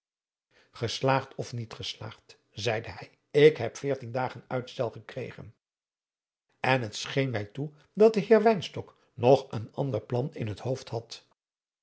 geslaagd of niet geslaagd zeide hij ik heb veertien dagen uitstel gekregen en het scheen mij toe dat de heer wynstok nog een ander plan in het hoofd had